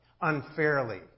unfairly